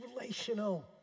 relational